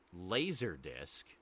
Laserdisc